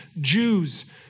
Jews